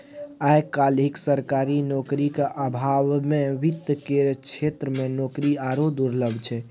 आय काल्हि सरकारी नौकरीक अभावमे वित्त केर क्षेत्रमे नौकरी आरो दुर्लभ छै